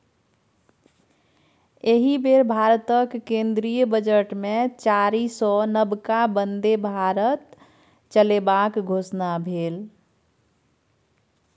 एहि बेर भारतक केंद्रीय बजटमे चारिसौ नबका बन्दे भारत चलेबाक घोषणा भेल